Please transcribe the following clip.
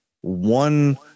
one